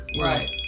Right